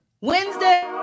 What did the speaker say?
Wednesday